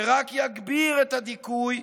שרק יגביר את הדיכוי,